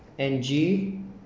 N G